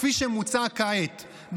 כפי שמוצע כעת,